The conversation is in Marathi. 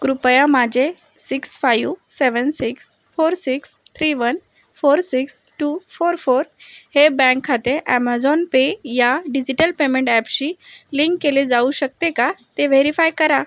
कृपया माझे six five seven six four six three one four six two four four हे बँक खाते अॅमेझॉन पे या डिजिटल पेमेंट ॲपशी लिंक केले जाऊ शकते का ते व्हेरीफाय करा